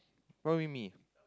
probably me